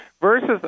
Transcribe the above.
versus